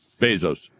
Bezos